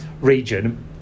region